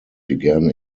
began